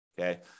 okay